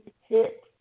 hit